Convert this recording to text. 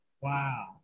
Wow